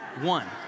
One